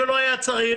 כשלא היה צריך,